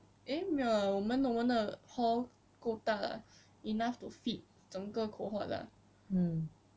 eh 没有我们我们的 hall 够大 lah enough to fit 整个 cohort lah